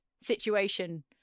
situation